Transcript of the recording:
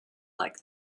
like